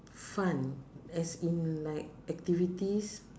fun as in like activities